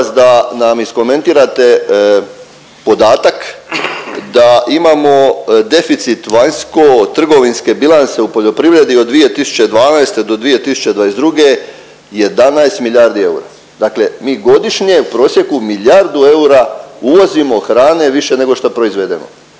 da nam iskomentirate podatak da imamo deficit vanjskotrgovinske bilance u poljoprivredi od 2012. do 2022. 11 milijardi eura, dakle mi godišnje u prosjeku milijardu eura uvozimo hrane više nego što proizvedemo.